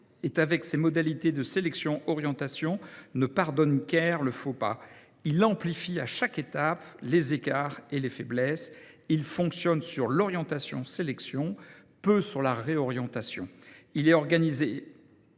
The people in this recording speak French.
avec ses modalités de sélection orientation, ne pardonne guère le faux pas […]. Il amplifie, à chaque étape, les écarts et les faiblesses. Il fonctionne sur l’orientation sélection, peu sur la réorientation. Il est organisé